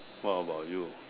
what about you